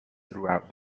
throughout